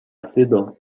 sedan